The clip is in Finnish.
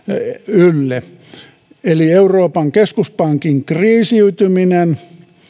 ylle eli euroopan keskuspankin kriisiytyminen